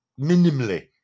minimally